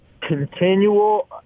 continual –